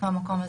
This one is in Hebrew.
מהמקום הזה.